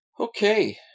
okay